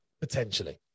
potentially